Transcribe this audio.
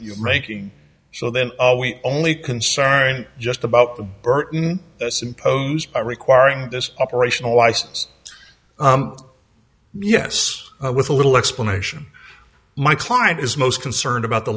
you're making so then we only concern just about the burton imposed requiring this operational license yes with a little explanation my client is most concerned about the